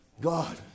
God